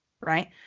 Right